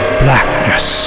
blackness